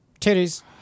titties